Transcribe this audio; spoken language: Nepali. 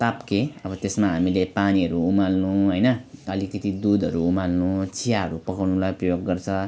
ताप्के अब त्यसमा हामीले पानीहरू उमाल्नु होइन अलिकति दुधहरू उमाल्नु चियाहरू पकाउनुको लागि प्रयोग गर्छ